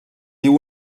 diu